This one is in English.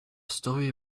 story